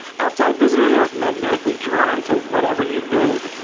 outside visitors are magnetically drawn to whatever you build,